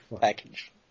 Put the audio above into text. package